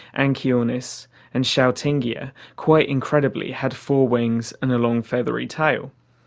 anchiornis and xiaotingia quite incredibly had four wings and a long feathery tail.